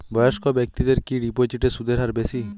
বয়স্ক ব্যেক্তিদের কি ডিপোজিটে সুদের হার বেশি?